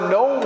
no